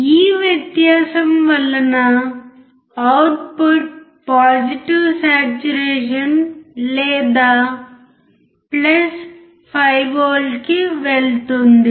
ఈ వ్యత్యాసం వలన అవుట్పుట్ పాజిటివ్ సాట్చురేషన్ లేదా 5V కి వెళ్తుంది